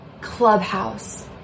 clubhouse